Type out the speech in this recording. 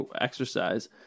exercise